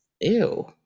ew